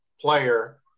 player